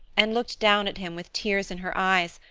and looked down at him with tears in her eyes,